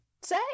say